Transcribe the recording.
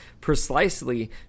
precisely